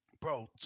Bro